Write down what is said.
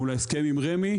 מול ההסכם עם רמ"י,